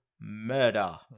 murder